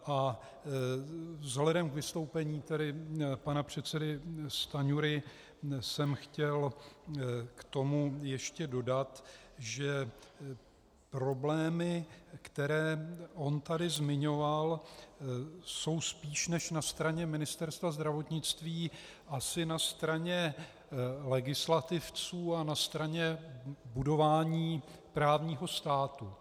A vzhledem k vystoupení pana předsedy Stanjury jsem chtěl k tomu ještě dodat, že problémy, které on tady zmiňoval, jsou spíš než na straně Ministerstva zdravotnictví asi na straně legislativců a na straně budování právního státu.